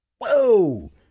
Whoa